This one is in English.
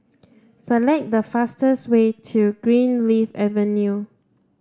select the fastest way to Greenleaf Avenue